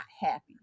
happy